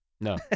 No